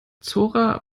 zora